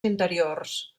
interiors